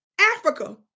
Africa